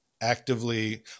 actively